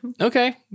Okay